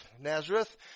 Nazareth